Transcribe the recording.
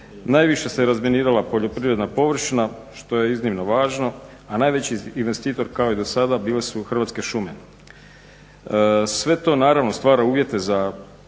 Najviše se razminirala poljoprivredna površina što je iznimno važno a najveći investitor kao i do sada bile su Hrvatske šume. Sve to naravno stvara uvjete za proizvodnju,